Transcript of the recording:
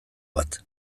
bat